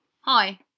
Hi